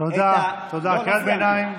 תודה על קריאת הביניים.